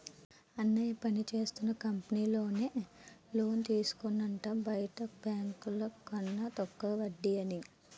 అన్నయ్య పనిచేస్తున్న కంపెనీలో నే లోన్ తీసుకున్నాడట బయట బాంకుల కన్న తక్కువ వడ్డీ అని